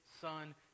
son